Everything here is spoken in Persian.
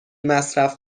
مصرف